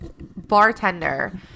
bartender